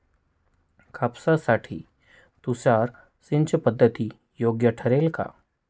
कापसासाठी तुषार सिंचनपद्धती योग्य ठरेल का?